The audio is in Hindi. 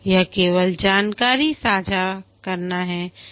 यह केवल जानकारी साझा करना है